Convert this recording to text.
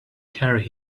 carry